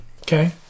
Okay